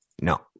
no